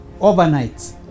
overnight